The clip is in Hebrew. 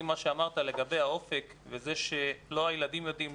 עם מה שאמרת לגבי האופק וזה שלא הילדים יודעים,